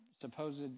supposed